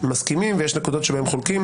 מסכימים ויש נקודות שבהן חולקים.